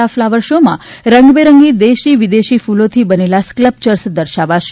આફ્લાવર શોમાં રંગબેરંગી દેશી વિદેશી કૃલોથી બનેલા સ્કલ્પચર દર્શાવાશે